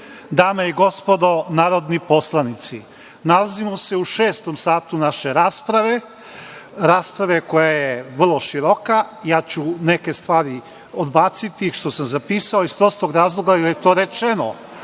dame i gospodo narodni poslanici, nalazimo se u šestom satu naše rasprave, koja je vrlo široka. Ja ću neke stvari odbaciti što sam zapisao, iz prostog razloga jer je to rečeno,